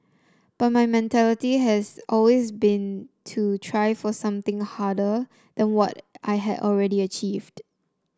but my mentality has always been to try for something harder than what I had already achieved